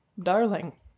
darling